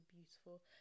beautiful